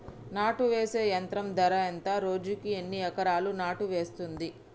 నాటు వేసే యంత్రం ధర ఎంత రోజుకి ఎన్ని ఎకరాలు నాటు వేస్తుంది?